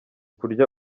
kurya